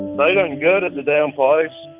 they done good at the damn place